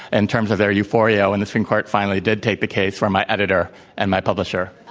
and terms of their euphoria when the supreme court finally did take the case, were my editor and my publisher.